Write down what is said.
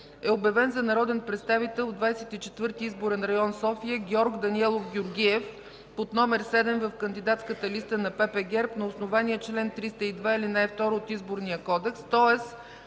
е обявен за народен представител в 24. изборен район София Георг Даниелов Георгиев под номер седем в кандидатската листа на ПП ГЕРБ на основание чл. 302, ал. 2 от Изборния кодекс,